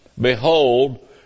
Behold